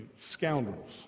scoundrels